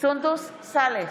סונדוס סאלח,